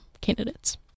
candidates